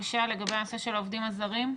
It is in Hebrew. בבקשה לגבי הנושא של העובדים הזרים.